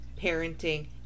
parenting